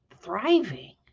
thriving